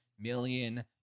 million